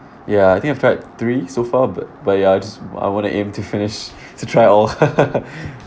ya I think I've tried three so far but but ya I want to aim to finish to try all